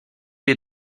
les